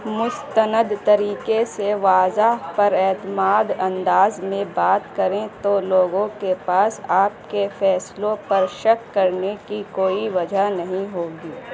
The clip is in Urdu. مستند طریقے سے واضح پراعتماد انداز میں بات کریں تو لوگوں کے پاس آپ کے فیصلوں پر شک کرنے کی کوئی وجہ نہیں ہوگی